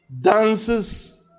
dances